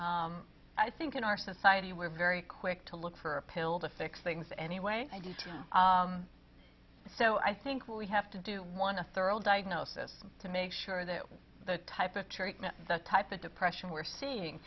i think in our society we're very quick to look for a pill to fix things anyway i do too so i think we have to do one a thorough diagnosis to make sure that the type of treatment and the type of depression we're seeing